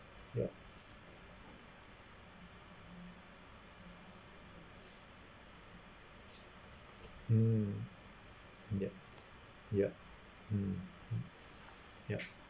ya mm ya ya mm mm ya